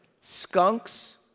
skunks